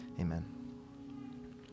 Amen